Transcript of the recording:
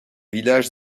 villages